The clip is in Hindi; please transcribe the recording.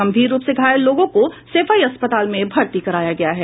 गंभीर रूप से घायल लोगों को सैफई अस्पताल में भर्ती कराया गया है